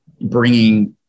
bringing